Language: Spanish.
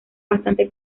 bastante